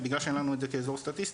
בגלל שאין לנו את זה כאזור סטטיסטי,